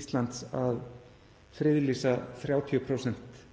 Íslands að friðlýsa 30%